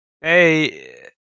hey